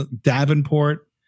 Davenport